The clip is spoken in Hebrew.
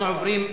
אנחנו עוברים,